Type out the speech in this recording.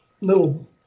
little